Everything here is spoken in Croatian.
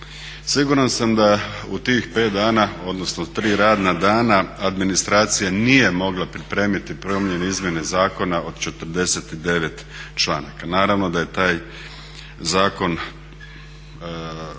Siguran sam da u tih 5 dana, odnosno 3 radna dana administracija nije mogla pripremiti promjene i izmjene zakona od 49 članaka. Naravno da je taj zakon